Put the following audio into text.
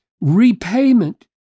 repayment